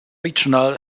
regional